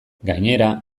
gainera